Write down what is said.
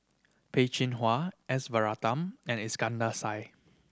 Peh Chin Hua S Varathan and Iskandar Shah